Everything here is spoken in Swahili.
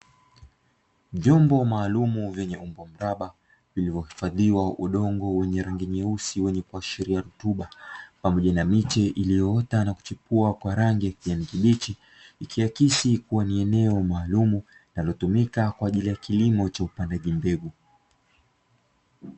Vyombo maalumu vyenye umbo mraba vilivyohifadhiwa udongo wenye rangi nyeusi wenye kuashiria rutuba pamoja na miti iliyoota na kuchipua kwa rangi ya kijani kibichi, ikiakisi kuwa ni eneo maalumu linalotumika kwa ajili ya kilimo cha upandaji mbegu.